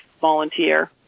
volunteer